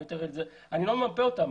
אני לא ממפה אותם.